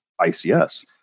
ICS